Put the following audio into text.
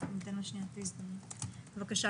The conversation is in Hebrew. בבקשה.